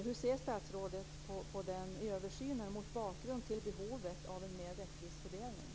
Hur ser statsrådet på den översynen mot bakgrund av behovet av en mer rättvis fördelning?